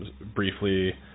briefly